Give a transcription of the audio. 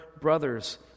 brothers